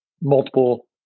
multiple